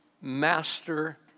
master